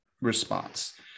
response